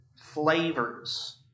flavors